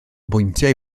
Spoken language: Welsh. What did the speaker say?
bwyntiau